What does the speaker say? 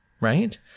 Right